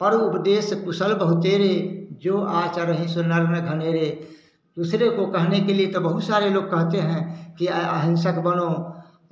पर उपदेश कुशल बहुतेरे जो आचरहिं सो नर घनेरे दूसरे को कहने के लिए तो बहुत सारे लोग कहते हैं कि अहिंसक बनो